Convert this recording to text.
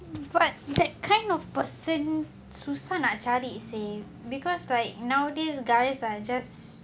but that kind of person susah nak cari seh because like nowadays guys are just